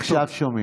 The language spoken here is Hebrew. עכשיו שומעים.